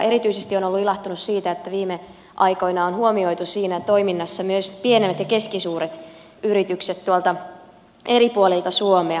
erityisesti olen ollut ilahtunut siitä että viime aikoina on huomioitu siinä toiminnassa myös pienemmät ja keskisuuret yritykset tuolta eri puolilta suomea